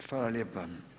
Hvala lijepa.